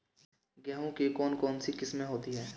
गेहूँ की कौन कौनसी किस्में होती है?